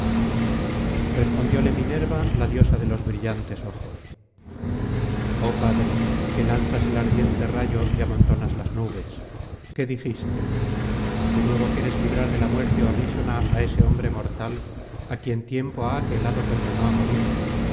respondióle minerva la diosa de los brillantes ojos oh padre que lanzas el ardiente rayo y amontonas las nubes qué dijiste de nuevo quieres librar de la muerte horrísona á ese hombre mortal á quien tiempo ha que el hado condenó á morir